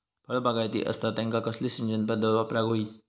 फळबागायती असता त्यांका कसली सिंचन पदधत वापराक होई?